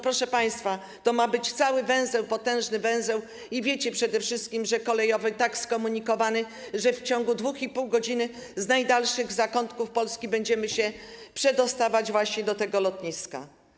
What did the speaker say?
Proszę państwa, to ma być cały węzeł, potężny węzeł i wiecie przede wszystkim, że kolejowy, tak skomunikowany, że w ciągu 2,5 godz. z najdalszych zakątków Polski będziemy się przedostawać właśnie do tego lotniska.